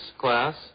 class